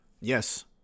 Yes